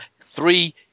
three